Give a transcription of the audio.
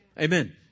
Amen